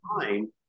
time